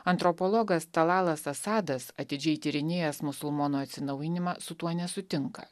antropologas talalas asadas atidžiai tyrinėjęs musulmonų atsinaujinimą su tuo nesutinka